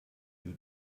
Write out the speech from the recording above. you